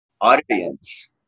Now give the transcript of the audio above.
audience